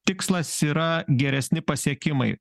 tikslas yra geresni pasiekimai